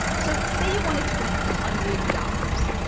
so say you wanted to win a hundred dollars.